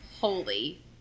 holy